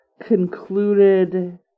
concluded